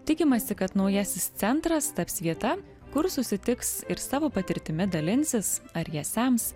tikimasi kad naujasis centras taps vieta kur susitiks ir savo patirtimi dalinsis ar ją sems